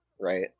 right